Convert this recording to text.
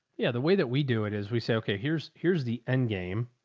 yeah, the way that we do it is we say, okay, here's, here's the end game.